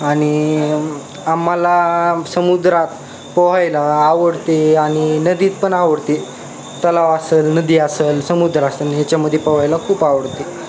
आणि आम्हाला समुद्रात पोहायला आवडते आणि नदीत पण आवडते तलाव असेल नदी असेल समुद्र असेल ह्याच्यामध्ये पोहायला खूप आवडते